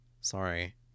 Sorry